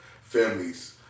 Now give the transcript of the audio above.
families